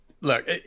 look